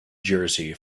jersey